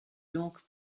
donc